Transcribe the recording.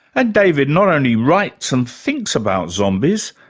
ah david not only writes and thinks about zombies,